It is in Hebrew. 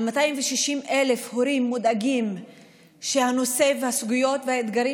על 260,000 הורים מודאגים שהנושא והסוגיות והאתגרים